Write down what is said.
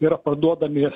yra paduodami